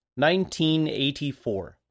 1984